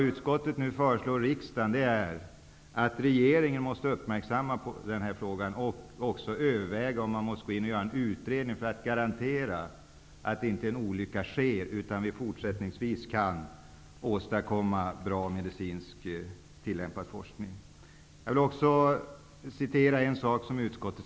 Utskottet föreslår i stället riksdagen att ge regeringen till känna att uppmärksamma denna fråga och att överväga om en utredning borde göras för att man skall kunna försäkra sig om att en olycka inte sker, och att bra medicinskt tillämpad forskning fortsättningsvis kan åstadkommas.